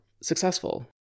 successful